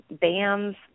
bands